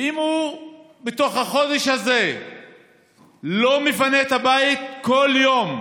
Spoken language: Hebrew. ואם הוא בתוך החודש הזה לא מפנה את הבית, כל יום